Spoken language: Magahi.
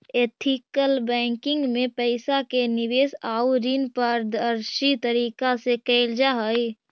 एथिकल बैंकिंग में पइसा के निवेश आउ ऋण पारदर्शी तरीका से कैल जा हइ